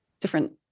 different